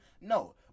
No